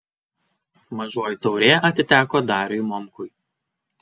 mažoji taurė atiteko dariui momkui